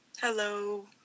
hello